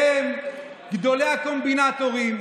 והם גדולי הקומבינטורים.